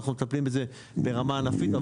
אנחנו מטפלים בזה ברמה ענפית,